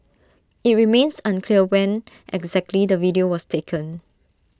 IT remains unclear when exactly the video was taken